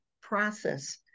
process